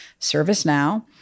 ServiceNow